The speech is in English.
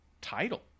title